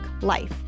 Life